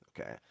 okay